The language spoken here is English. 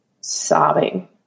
sobbing